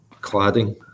cladding